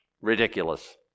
ridiculous